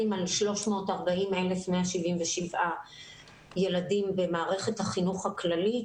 על 340,177 ילדים במערכת החינוך הכללית,